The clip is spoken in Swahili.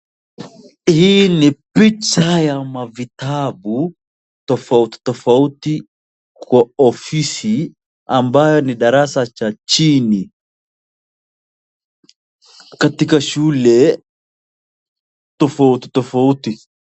Hii ni picha ya mavitabu tofautitofauti kwa ofisi ambayo ni darasa cha chini katika shule tofautitofauti.